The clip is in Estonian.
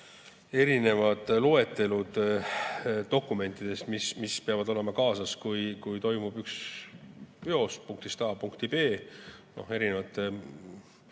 erinevad loetelud dokumentidest, mis peavad olema kaasas, kui toimub vedu punktist A punkti B, ning